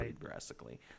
drastically